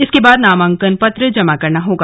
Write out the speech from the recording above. इसके बाद नामांकन पत्र जमा करना होगा